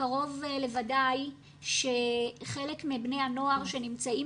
וקרוב לוודאי שחלק מבני הנוער שנמצאים